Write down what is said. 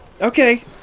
Okay